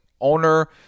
owner